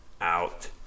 out